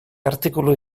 artikulu